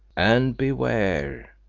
and beware!